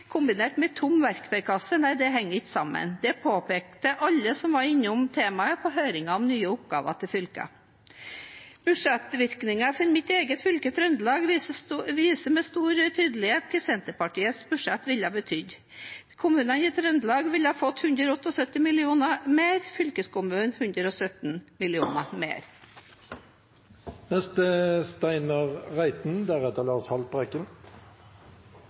kombinert med tom verktøykasse – nei, det henger ikke sammen. Det påpekte alle som var innom temaet på høringen om nye oppgaver til fylkene. Budsjettvirkninger for mitt eget fylke, Trøndelag, viser med stor tydelighet hva Senterpartiets budsjett ville betydd. Kommunene i Trøndelag ville fått 178 mill. kr mer, fylkeskommunen 117